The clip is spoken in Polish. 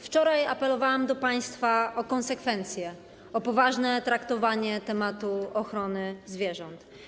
Wczoraj apelowałam do państwa o konsekwencję, o poważne traktowanie tematu ochrony zwierząt.